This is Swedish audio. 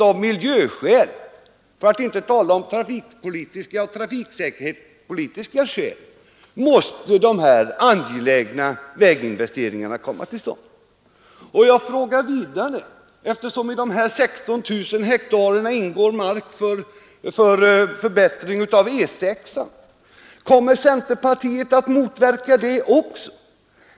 Av miljöskäl, för att inte tala om trafiksäkerhetspolitiska skäl, måste de här angelägna väginvesteringarna komma till stånd. Jag frågar vidare, eftersom det i de här 16 000 hektaren ingår mark för förbättring av E 6:an: Kommer centerpartiet att motverka det också?